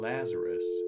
Lazarus